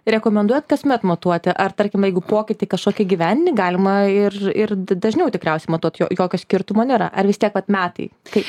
rekomenduojat kasmet matuoti ar tarkim jeigu pokytį kažkokį įgyvendini galima ir ir dažniau tikriausiai matuot jo jokio skirtumo nėra ar vis tiek vat metai kai